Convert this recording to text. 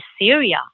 Syria